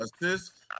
Assist